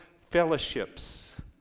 fellowships